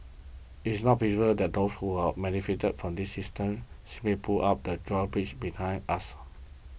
it's not that those who've benefited from this system simply pull up the drawbridge behind us